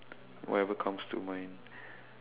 whatever comes to mind